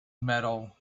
metal